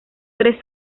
tres